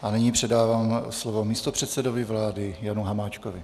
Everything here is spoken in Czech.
A nyní předávám slovo místopředsedovi vlády Janu Hamáčkovi.